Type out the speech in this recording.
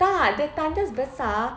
tak the tandas besar